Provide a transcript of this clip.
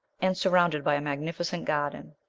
and surrounded by a magnificent garden.